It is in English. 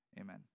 amen